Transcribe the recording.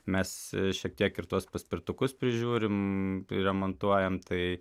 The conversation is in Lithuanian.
mes šiek tiek ir tuos paspirtukus prižiūrim remontuojam tai